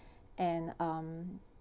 and um